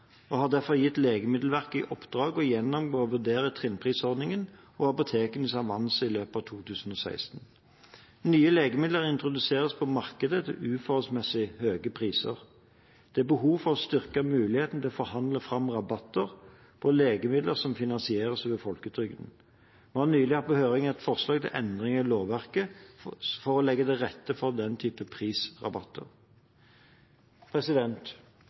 og har derfor gitt Legemiddelverket i oppdrag å gjennomgå og vurdere trinnprisordningen og apotekenes avanse i løpet av 2016. Nye legemidler introduseres på markedet til uforholdsmessig høye priser. Det er behov for å styrke muligheten til å forhandle fram rabatter på legemidler som finansieres over folketrygden. Vi har nylig hatt på høring et forslag til endringer i lovverket for å legge til rette for den type prisrabatter.